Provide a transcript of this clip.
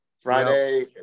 Friday